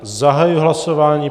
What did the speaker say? Zahajuji hlasování.